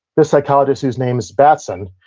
this psychologist, who's name is batson,